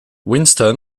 winston